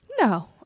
No